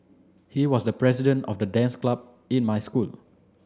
he was the president of the dance club in my school